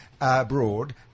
abroad